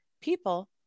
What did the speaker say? People